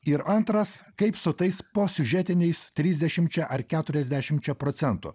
ir antras kaip su tais po siužetiniais trisdešimčia ar keturiasdešimčia procentų